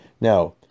Now